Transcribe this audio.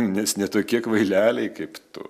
nes ne tokie kvaileliai kaip tu